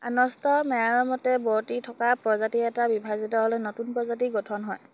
Ernst মেয়াৰৰ মতে বৰ্তি থকা প্ৰজাতি এটা বিভাজিত হ'লে নতুন প্ৰজাতি গঠন হয়